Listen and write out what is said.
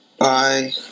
Bye